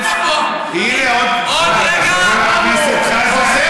אני חוזר בי,